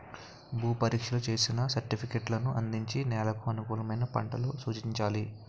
భూ పరీక్షలు చేసిన సర్టిఫికేట్లను అందించి నెలకు అనుకూలమైన పంటలు సూచించాలి